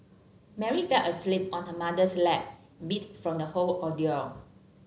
Mary fell asleep on her mother's lap beat from the whole ordeal